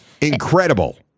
Incredible